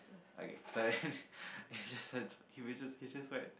okay so I guess he would just he's just like